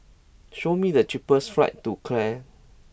show me the cheapest flights to Chad